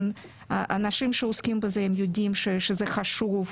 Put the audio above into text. האנשים שעוסקים בזה יודעים שזה חשוב,